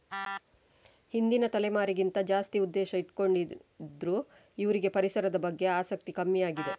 ಹಿಂದಿನ ತಲೆಮಾರಿಗಿಂತ ಜಾಸ್ತಿ ಉದ್ದೇಶ ಇಟ್ಕೊಂಡಿದ್ರು ಇವ್ರಿಗೆ ಪರಿಸರದ ಬಗ್ಗೆ ಆಸಕ್ತಿ ಕಮ್ಮಿ ಆಗಿದೆ